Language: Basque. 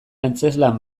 antzezlan